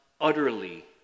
utterly